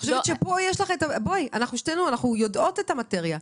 הרי שתינו יודעות את המטריה.